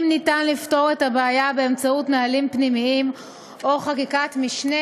אם ניתן לפתור את הבעיה באמצעות נהלים פנימיים או חקיקת משנה,